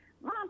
mom